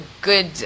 good